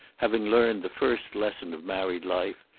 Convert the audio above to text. having learned the first lesson of married life,